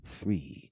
three